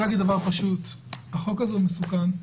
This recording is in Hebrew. החוק הזה הוא מסוכן.